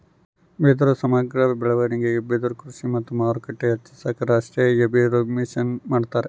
ಬಿದಿರು ಸಮಗ್ರ ಬೆಳವಣಿಗೆಗೆ ಬಿದಿರುಕೃಷಿ ಮತ್ತು ಮಾರುಕಟ್ಟೆ ಹೆಚ್ಚಿಸಾಕ ರಾಷ್ಟೀಯಬಿದಿರುಮಿಷನ್ ಮಾಡ್ಯಾರ